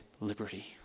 liberty